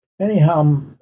Anyhow